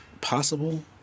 possible